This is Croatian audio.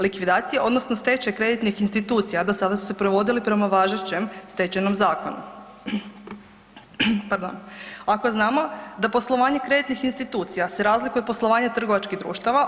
Likvidacije odnosno stečaj kreditnih institucija do sada su se provodili prema važećem Stečajnom zakonu, ako znamo da poslovanje kreditnih institucija se razlikuje poslovanje trgovačkih društava.